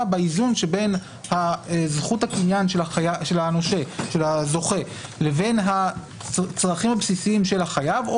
באיזון שבין זכות הקניין של הזוכה לבין הצרכים הבסיסיים של החייב.